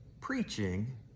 preaching